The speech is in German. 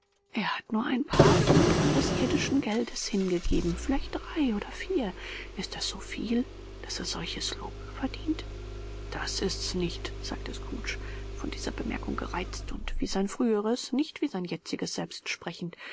er hat nur ein paar pfund eures irdischen geldes hingegeben vielleicht drei oder vier ist das so viel daß er solches lob verdient das ist's nicht sagte scrooge von dieser bemerkung gereizt und wie sein früheres nicht wie sein jetziges selbst sprechend